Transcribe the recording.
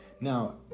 Now